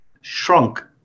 shrunk